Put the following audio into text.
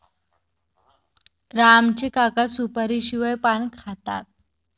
राम चे काका सुपारीशिवाय पान खातात